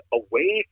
away